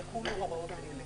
יחולו הוראות אלה: